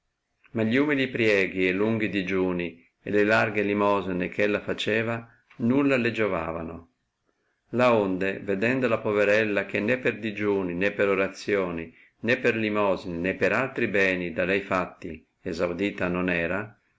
ma gli umili prieghi e lunghi digiuni e le larghe limosene eh ella faceva nulla le giovavano laonde vedendo la poverella che né per digiuni né per orazioni né per limosine né per altri beni da lei fatti essaudita non era